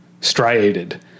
striated